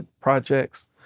projects